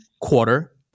quarter